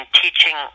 teaching